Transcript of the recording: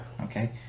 Okay